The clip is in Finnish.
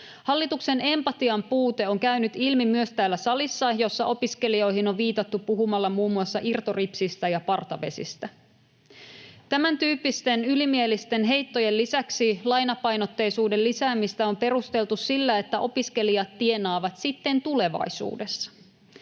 Hallituksen empatian puute on käynyt ilmi myös täällä salissa, jossa opiskelijoihin on viitattu puhumalla muun muassa irtoripsistä ja partavesistä. Tämäntyyppisten ylimielisten heittojen lisäksi lainapainotteisuuden lisäämistä on perusteltu sillä, että opiskelijat tienaavat sitten tulevaisuudessa.